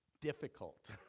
difficult